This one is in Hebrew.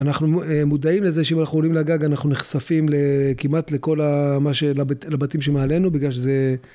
אנחנו מודעים לזה שאם אנחנו עולים לגג אנחנו נחשפים כמעט לכל הבתים שמעלינו בגלל שזה...